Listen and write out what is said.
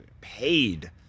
Paid